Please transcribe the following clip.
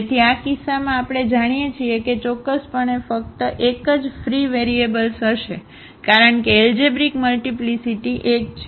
તેથી આ કિસ્સામાં આપણે જાણીએ છીએ કે ચોક્કસપણે ફક્ત એક જ ફ્રી વેરીએબલ્સહશે કારણ કે એલજેબ્રિક મલ્ટીપ્લીસીટી 1 છે